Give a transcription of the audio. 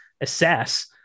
assess